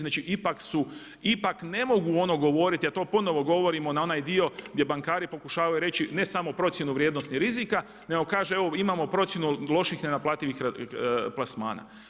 Znači, ipak su, ipak ne mogu ono govoriti, a to ponovo govorimo na onaj dio gdje bankari pokušavaju reći ne samo procjenu vrijednosti rizika nego kaže evo imamo procjenu loših nenaplativih plasmana.